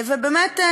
ובאמת,